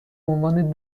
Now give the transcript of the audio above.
عنوان